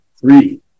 three